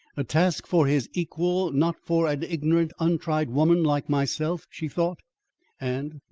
a task for his equal, not for an ignorant, untried woman like myself, she thought and,